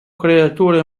creature